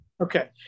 Okay